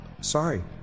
Sorry